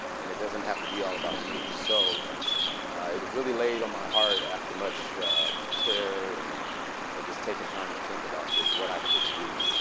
and it doesn't have to be all about me. so it was really laid on my heart after much prayer and and just taking time to think about this what i could do.